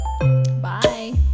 Bye